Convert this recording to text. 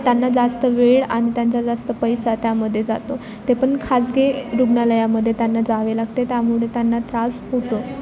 त्यांना जास्त वेळ आणि त्यांचा जास्त पैसा त्यामध्ये जातो ते पण खासगी रुग्णालयामध्ये त्यांना जावे लागते त्यामुळे त्यांना त्रास होतो